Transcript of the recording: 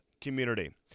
Community